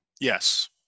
Yes